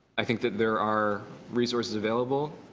i think that there are resources available,